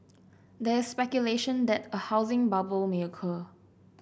there is speculation that a housing bubble may occur